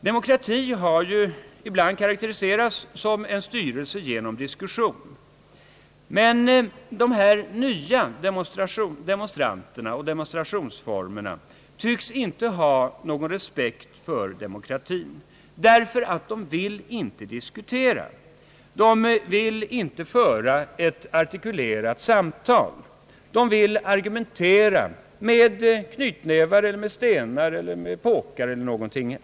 Demokrati har ibland karakteriserats som en styrelse genom diskussion. Men de här nya demonstranterna och demonstrationsformerna tycks inte ha någon respekt för demokratin, därför att demonstranterna inte vill diskutera. De vill inte föra ett artikulerat samtal. De vill argumentera med knytnävar, stenar och påkar.